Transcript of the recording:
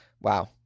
Wow